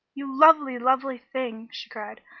you lovely, lovely thing! she cried.